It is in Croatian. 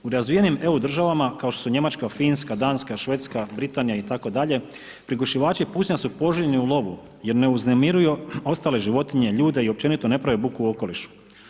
U razvijenim EU državama kao što su Njemačka, Finska, Danska, Švedska, Britanija itd. prigušivači pucnja su poželjni u lovu jer ne uznemiruju ostale životinje, ljude i općenito ne prave budu u okolišu.